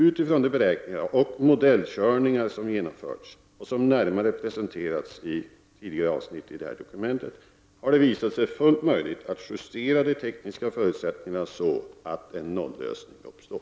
Utifrån de beräkningar och modellkörningar som genomförts och som närmare har presenterats i dokumentet har det visat sig fullt möjligt att justera de tekniska förutsättningarna så att en nollösning uppstår.